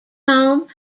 home